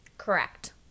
Correct